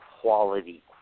quality